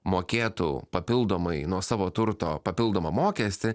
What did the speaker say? mokėtų papildomai nuo savo turto papildomą mokestį